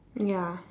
ya